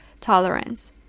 tolerance